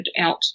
out